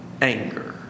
anger